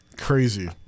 crazy